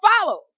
follows